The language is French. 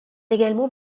également